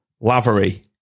Lavery